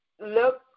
look